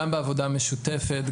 גם בעבודה המשותפת,